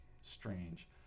strange